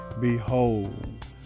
Behold